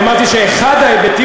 אמרתי שאחד ההיבטים,